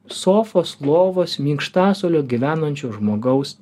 sofos lovos minkštasuolio gyvenančio žmogaus